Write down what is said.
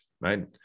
right